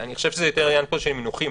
אני חושב שפה זה יותר עניין של מינוחים.